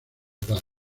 morado